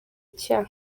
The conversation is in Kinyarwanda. cya